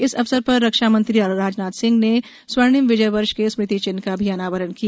इस अवसर परए रक्षा मंत्री राजनाथ सिंह ने श्स्वर्णिम विजय वर्षश के स्मृति चिन्ह का भी अनावरण किया